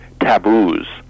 taboos